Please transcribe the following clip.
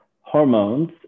hormones